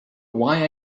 why